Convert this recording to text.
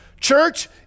Church